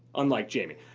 unlike jaime.